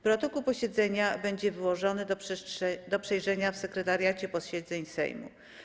Protokół posiedzenia będzie wyłożony do przejrzenia w Sekretariacie Posiedzeń Sejmu.